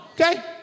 Okay